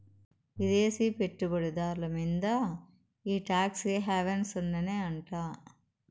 విదేశీ పెట్టుబడి దార్ల మీంద ఈ టాక్స్ హావెన్ సున్ననే అంట